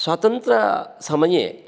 स्वातन्त्र्यसमये